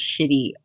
shitty